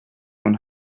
von